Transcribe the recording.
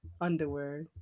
underwear